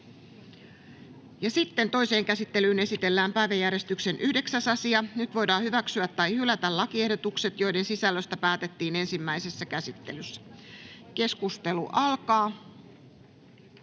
Content: Toiseen käsittelyyn esitellään päiväjärjestyksen 8. asia. Nyt voidaan hyväksyä tai hylätä lakiehdotukset, joiden sisällöstä päätettiin ensimmäisessä käsittelyssä. Keskustelu asiasta